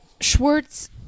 Schwartz